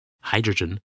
hydrogen